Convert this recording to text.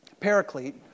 paraclete